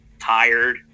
tired